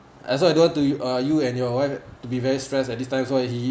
and also I don't want to uh you and your wife to be very stress at this time so he